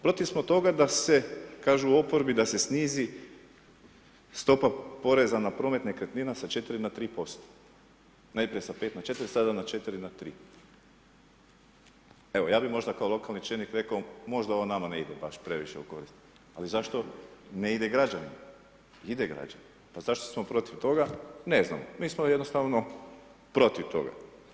Protiv smo toga da se kažu u oporbi da se snizi stopa poreza na promet nekretnina sa 4 na 3%, najpre sa 5 na 4, sada na 4 na 3. Evo ja bi možda kao lokalni čelnik reko možda ovo nama ne ide baš previše u korist, ali zašto ne ide građanima, ide građanima, pa zašto smo protiv toga, ne znamo mi smo jednostavno protiv toga.